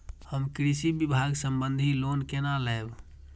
हम कृषि विभाग संबंधी लोन केना लैब?